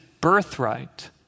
birthright